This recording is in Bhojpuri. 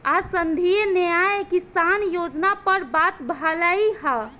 आज संघीय न्याय किसान योजना पर बात भईल ह